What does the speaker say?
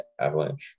Avalanche